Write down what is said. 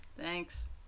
Thanks